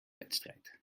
wedstrijd